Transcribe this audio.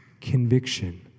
conviction